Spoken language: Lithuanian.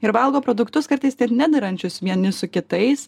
ir valgo produktus kartais ir nederančius vieni su kitais